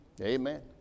Amen